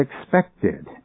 expected